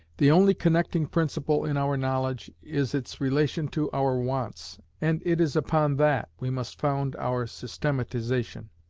the only connecting principle in our knowledge is its relation to our wants, and it is upon that we must found our systematization.